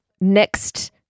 next